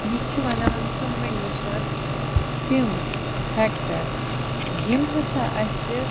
یہِ چھُ وَنان تُہۍ ؤنِو سا تِم فیکٹر یِم ہسا اَسہِ